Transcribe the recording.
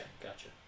gotcha